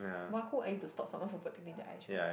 but who are you to stop someone from protecting their eyes right